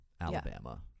Alabama